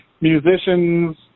musicians